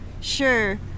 Sure